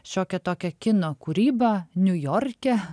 šiokią tokią kino kūrybą niujorke